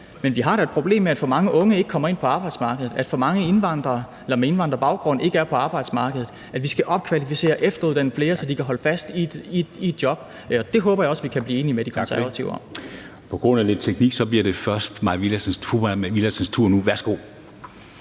Men vi har da et problem med, at for mange unge ikke kommer ind på arbejdsmarkedet, og at for mange med indvandrerbaggrund ikke er på arbejdsmarkedet. Vi skal opkvalificere og efteruddanne flere, så de kan holde fast i et job. Det håber jeg også vi kan blive enige med De Konservative om. Kl. 09:30 Formanden (Henrik Dam Kristensen): Tak for